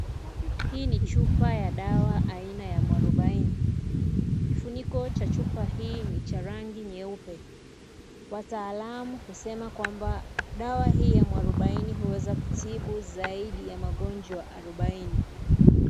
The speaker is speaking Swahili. Hii ni chupa ya dawa aina ya mwarubaini. Kifuniko cha chupa hii ni cha rangi nyeupe. Wataalamu husema kwamba dawa hii ya mwarubaini huweza kutibu zaidi ya magonjwa arubaini.